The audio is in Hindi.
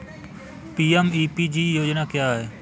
पी.एम.ई.पी.जी योजना क्या है?